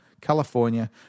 California